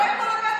נגמר הסיפור,